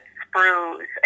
sprues